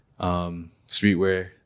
streetwear